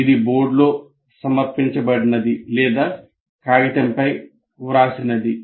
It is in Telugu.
అది బోర్డులో సమర్పించబడినది లేదా కాగితంపై వ్రాసినది